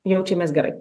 jaučiamės gerai